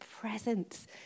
presence